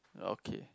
okay